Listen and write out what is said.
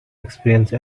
experience